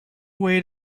wait